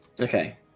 Okay